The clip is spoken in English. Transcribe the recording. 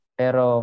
pero